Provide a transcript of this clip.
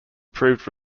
proved